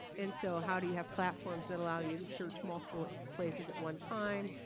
and so how do you have platforms that allows you to search multiple places at one time.